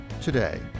today